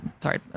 sorry